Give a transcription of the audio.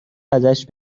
ازش